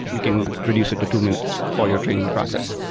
we can reduce it to two minutes for your training process.